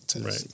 right